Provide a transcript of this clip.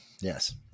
Yes